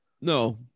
No